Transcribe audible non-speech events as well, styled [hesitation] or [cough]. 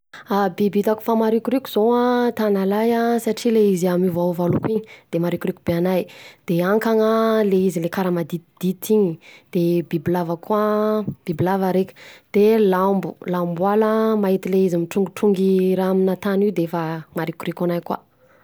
[hesitation] Biby hitako fa marikoriko zao an, tanalahy an ,satria le izy a miovaova loko iny, de marikoriko be anahy, de ankana le izy le karaha maditidity iny, de bibilaba koa an, bibilava reky, de lambo, lamboala mahita le izy mitrongitrongy raha aminà tany io de efa maharikoriko anahy koa.